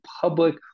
public